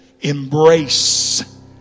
embrace